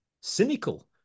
cynical